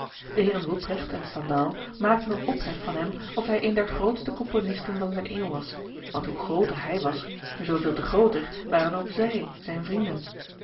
de heeren wuprecht en sandal maakten een ophef van hem of hij een der grootste componisten van zijne eeuw was want hoe grooter hij was zoo veel te grooter waren ook zij zijne vrienden